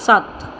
ਸੱਤ